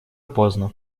поздно